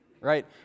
Right